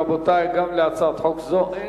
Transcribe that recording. רבותי, גם להצעת חוק זו אין,